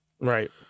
right